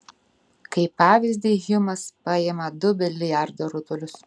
kaip pavyzdį hjumas paima du biliardo rutulius